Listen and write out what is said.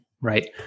right